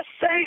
say